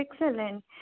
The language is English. excellent